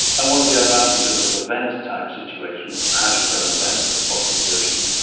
and one of the advantages of a vent type situation, hydrothermal vents at the bottom of the ocean,